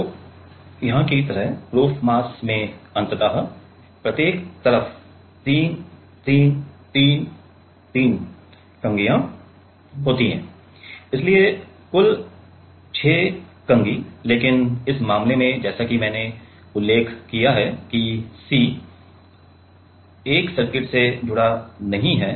तो यहाँ की तरह प्रूफ मास में अंततः प्रत्येक तरफ ३ ३ ३ ३ कंघी होती है इसलिए कुल ६ कंघी लेकिन इस मामले में जैसा कि मैंने उल्लेख किया है कि C १ सर्किट से जुड़ा नहीं है